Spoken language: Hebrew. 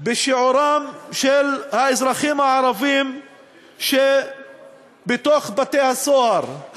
בשיעורם של האזרחים הערבים בתוך בתי-הסוהר,